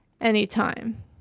anytime